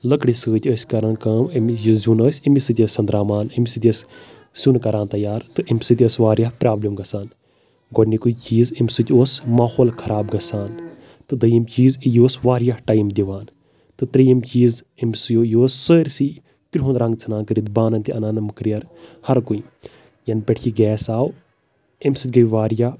لٔکرِ سۭتۍ ٲسۍ کران کٲم امیِچ یہِ زِیُن ٲسۍ اَمہِ سۭتۍ ٲسۍ سندراوان اَمہِ سۭتۍ ٲسۍ سیُن کران تَیار تہٕ اَمہِ سۭتۍ ٲسۍ واریاہ پرابلِم گژھان گۄڈٕنِکُے چیٖز اَمہِ سۭتۍ اوس ماحول خراب گژھان تہٕ دوٚیم چیٖز یہِ اوس واریاہ ٹایم دِوان تہٕ تریِم چیٖز امہِ سٕیو یہِ اوس سٲرسی کرٛہُن رنٛگ ژَھٕنان کٔرِتھ بانن تہِ اَنان مٕکریر ہَر کُنہِ ییٚنہٕ پٮ۪ٹھ یہِ گیس آو اَمہِ سۭتۍ گٔیے واریاہ